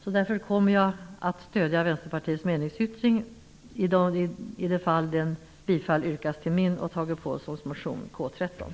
Därför kommer jag att stödja Vänsterpartiets meningsyttring i de fall bifall yrkas till min och Tage Påhlssons motion